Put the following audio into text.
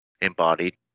embodied